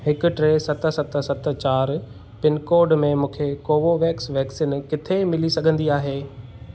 हिकु टे सत सत सत चारि पिनकोड में मूंखे कोवोवेक्स वैक्सीन किथे मिली सघंदी आहे